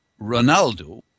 Ronaldo